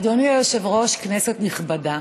אדוני היושב-ראש, כנסת נכבדה,